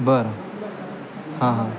बरं हां हां